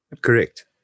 Correct